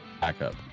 backup